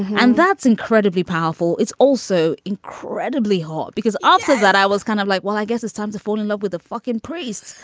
and that's incredibly powerful. it's also incredibly hard because also that i was kind of like, well, i guess it's time to fall in love with a fucking priest,